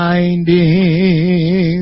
Finding